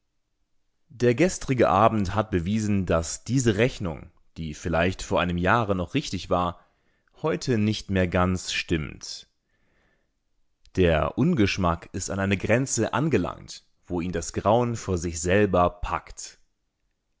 der gestrige abend hat bewiesen daß diese rechnung die vielleicht vor einem jahre noch richtig war heute nicht mehr ganz stimmt der ungeschmack ist an einer grenze angelangt wo ihn das grauen vor sich selber packt